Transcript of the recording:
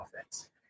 offense